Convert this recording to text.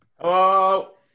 Hello